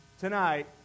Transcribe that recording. tonight